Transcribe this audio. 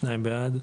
אוי זה מצחיק אותי.